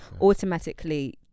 Automatically